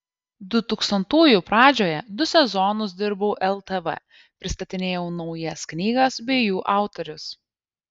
dutūkstantųjų pradžioje du sezonus dirbau ltv pristatinėjau naujas knygas bei jų autorius